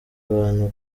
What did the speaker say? abantu